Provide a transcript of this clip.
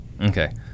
Okay